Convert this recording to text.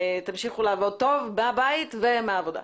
ותמשיכו לעבוד טוב מהבית ומהעבודה.